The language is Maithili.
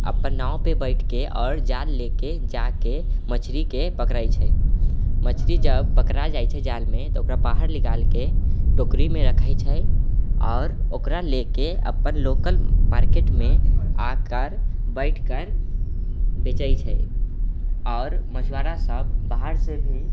अपन नावपर बैठके आओर जाल लएके जाके मछरीके पकड़ै छै मछरी जब पकड़ा जाइ छै जालमे तऽ ओकरा बाहर निकालके टोकरीमे रखै छै आओर ओकरा लएके अपन लोकल मार्केटमे आकर बैठ कर बेचै छै आओर मछुआरा सब बाहरसँ भी